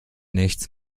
nichts